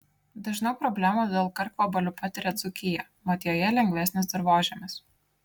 dažniau problemų dėl karkvabalių patiria dzūkija mat joje lengvesnis dirvožemis